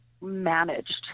managed